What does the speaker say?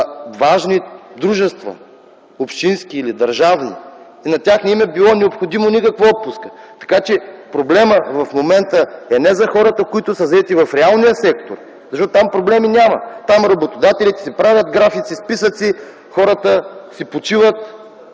важни дружества – общински ли държавни. На тях не им е била необходима никаква отпуска. Проблемът в момента не е за хората, които са заети в реалния сектор, защото там проблеми няма. Там работодателите си правят графици, списъци, хората си почиват